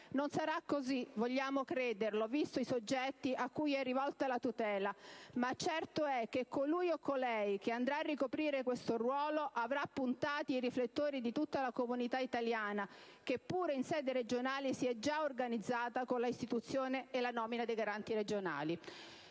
Non sarà così - vogliamo crederlo - visti i soggetti cui è rivolta la tutela, ma certo è che colui o colei che andrà a ricoprire questo ruolo avrà puntati i riflettori di tutta la comunità italiana che, pure in sede regionale, si è già organizzata con la istituzione e la nomina dei garanti regionali.